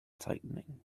tightening